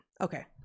Okay